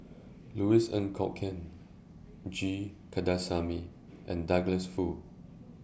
Louis Ng Kok Kwang G Kandasamy and Douglas Foo